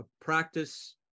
practice